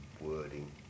wording